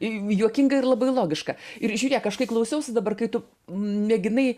juokinga ir labai logiška ir žiūrėk aš kai klausiausi dabar kai tu mėginai